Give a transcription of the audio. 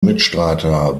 mitstreiter